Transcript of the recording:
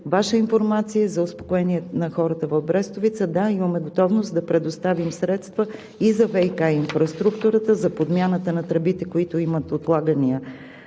Ваша информация и за успокоение на хората в Брестовица – да, имаме готовност да предоставим средства и за ВиК инфраструктурата – както за подмяната на тръбите, които имат отлагания